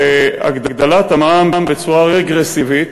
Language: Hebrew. הגדלת המע"מ בצורה רגרסיבית,